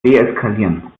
deeskalieren